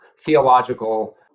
theological